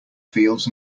feels